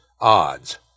odds